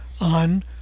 on